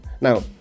now